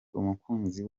umukunzi